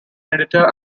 editor